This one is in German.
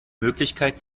möglichkeit